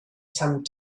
some